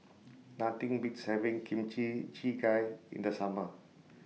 Nothing Beats having Kimchi Jjigae in The Summer